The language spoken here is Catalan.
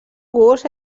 gust